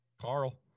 Carl